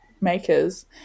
makers